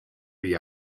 dir